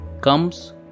comes